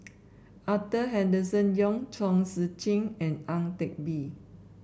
Arthur Henderson Young Chong Tze Chien and Ang Teck Bee